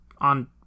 on